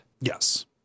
Yes